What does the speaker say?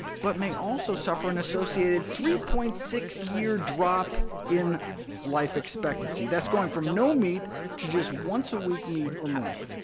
but may also suffer an associated three point six year drop in life expectancy. that's going from no meat to just once-a-week meat or more.